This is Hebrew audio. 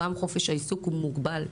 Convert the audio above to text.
חופש העיסוק הוא מוגבל.